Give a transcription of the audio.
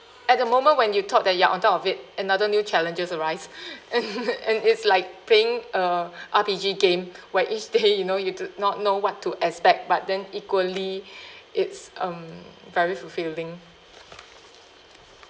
at the moment when you thought that you are on top of it another new challenges arise and and it's like playing a R_P_G game where each day you know you do not know what to expect but then equally it's um very fulfilling